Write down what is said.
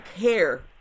care